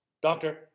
Doctor